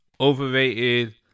overrated